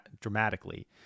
dramatically